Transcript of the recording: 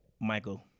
Michael